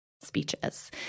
speeches